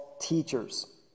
teachers